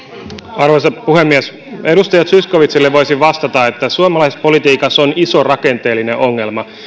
arvoisa puhemies edustaja zyskowiczille voisin vastata että suomalaisessa politiikassa on iso rakenteellinen ongelma